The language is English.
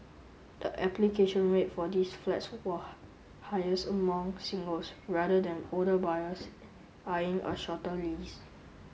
the application rate for these flats were highest among singles rather than older buyers eyeing a shorter lease